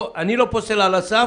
אני לא פוסל על הסף.